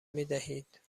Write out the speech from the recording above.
میدهید